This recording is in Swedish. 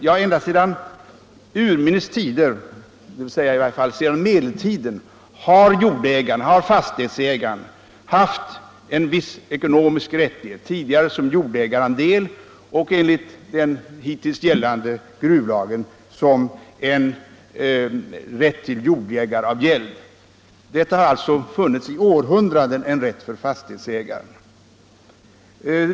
Ända sedan urminnes tider — i varje fall sedan medeltiden — har fastighetsägaren haft en viss ekonomisk rättighet, tidigare i form av jordägarandel och enligt den hittills gällande gruvlagen i form av rätt till jordägaravgäld. Det har alltså i århundraden funnits en rätt för fastighetsägaren.